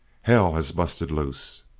hell has busted loose.